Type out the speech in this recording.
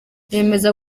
yemeza